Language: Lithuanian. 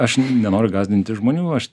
aš nenoriu gąsdinti žmonių aš